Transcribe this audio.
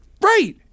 Right